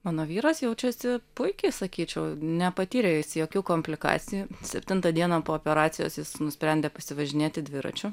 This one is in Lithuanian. mano vyras jaučiasi puikiai sakyčiau nepatyrė jis jokių komplikacijų septintą dieną po operacijos jis nusprendė pasivažinėti dviračiu